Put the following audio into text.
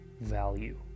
value